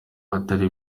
atari